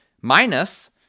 minus